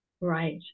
Right